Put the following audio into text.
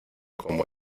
como